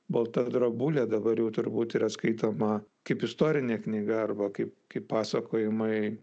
balta drobulė dabar jau turbūt yra skaitoma kaip istorinė knyga arba kaip kaip pasakojimai